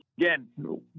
again